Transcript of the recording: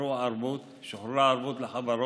שוחררה ערבות לחברות,